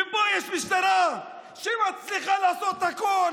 ופה יש משטרה שמצליחה לעשות הכול.